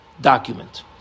document